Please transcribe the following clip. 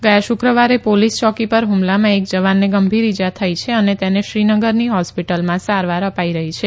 ગયા શુક્રવારે પોલીસ ચોકી પર હમલામાં એક જવાનને ગંભીર ઈજા થઈ છે અને તેને શ્રીનગરની હોસ્પિટલમાં સારવાર અપાઈ રહી છે